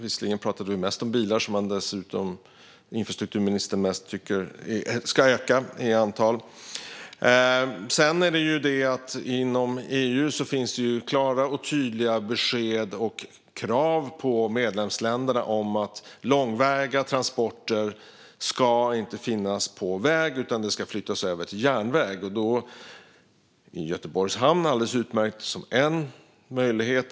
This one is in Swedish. Vi pratade visserligen mest om bilar, som infrastrukturministern tycker ska öka i antal. Inom EU finns det klara och tydliga besked och krav på medlemsländerna att långväga transporter inte ska finnas på väg utan ska flyttas över till järnväg. Där är Göteborgs hamn en alldeles utmärkt möjlighet.